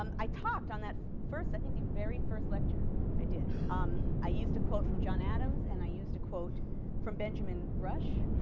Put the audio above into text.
um i talked on that first i think the very first lecture i did um i used a quote from john adams and i used a quote from benjamin rush.